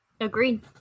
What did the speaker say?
agreed